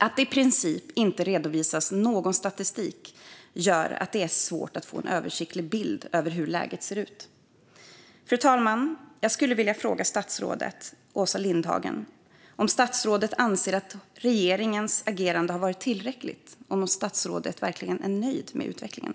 Att det i princip inte redovisas någon statistik gör att det är svårt att få en bild av hur läget ser ut. Fru talman! Jag skulle vilja fråga statsrådet Åsa Lindhagen om hon anser att regeringens agerande har varit tillräckligt, och om hon verkligen är nöjd med utvecklingen.